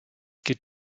geht